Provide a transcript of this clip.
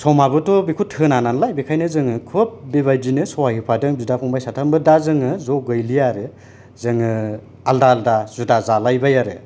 समाबोथ' बेखौ थिना नालाय बेखायनो जोङो बेखौ खोब सहाय होफादों बिदा फंबाइबो दा जोङो ज' गैलिया आरो जोङो आलादा आलादा जुदा जालायबाय आरो